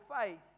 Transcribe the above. faith